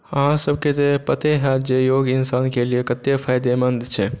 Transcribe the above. अहाँसभकेँ जे पते हैत जे योग इन्सानके लिए कतेक फायदेमन्द छै